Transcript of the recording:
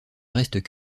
restent